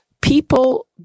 People